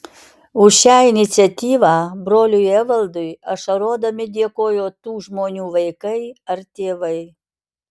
už šią iniciatyvą broliui evaldui ašarodami dėkojo tų žmonių vaikai ar tėvai